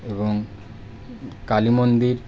এবং কালী মন্দির